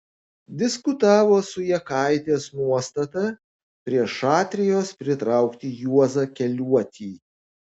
diskutavo su jakaitės nuostata prie šatrijos pritraukti juozą keliuotį